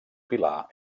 pilar